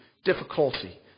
Difficulty